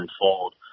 unfold